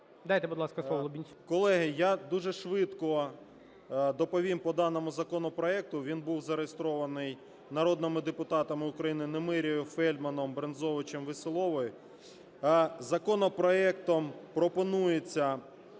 Дайте, будь ласка, слово Лубінцю.